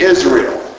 Israel